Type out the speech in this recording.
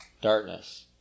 darkness